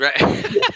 Right